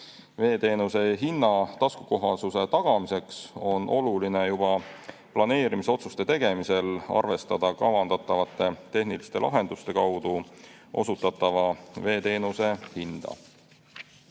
Veeteenuse hinna taskukohasuse tagamiseks on oluline juba planeerimisotsuste tegemisel arvestada kavandatavate tehniliste lahenduste kaudu osutatava veeteenuse hinda.